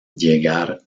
llegar